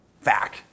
Fact